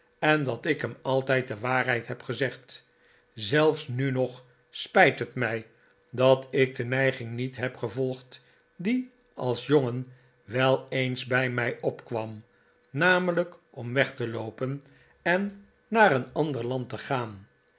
en dat ik hem altijd de waarheid heb gezegd zelfs nu nog spijt het mij dat ik de neiging niet heb gevolgd die als jongen wel eens bij mij opkwam namelijk om weg te loopen en naar een ander land te gaan